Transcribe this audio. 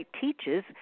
teaches